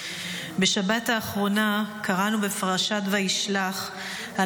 בשבת האחרונה קראנו בפרשת וישלח על